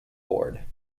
ward